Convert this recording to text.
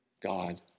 God